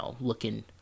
looking